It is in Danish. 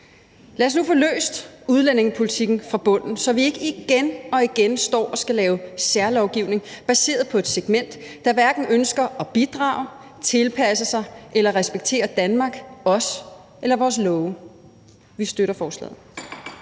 Lad os nu få løst udlændingepolitikken fra bunden, så vi ikke igen og igen står og skal lave særlovgivning baseret på et segment, der hverken ønsker at bidrage, tilpasse sig eller respektere Danmark, os eller vores love. Vi støtter forslaget.